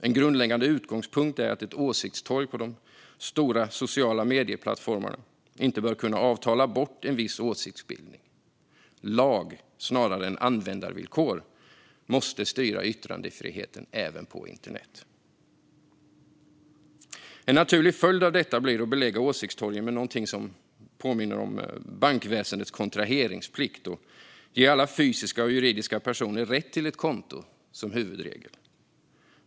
En grundläggande utgångspunkt är att ett åsiktstorg på de stora sociala medieplattformarna inte bör kunna avtala bort en viss typ av åsiktsbildning. Lag, snarare än användarvillkor, måste styra yttrandefriheten även på internet. En naturlig följd av detta blir att belägga åsiktstorgen med någonting som påminner om bankväsendets kontraheringsplikt att som huvudregel ge alla fysiska och juridiska personer rätt till ett konto.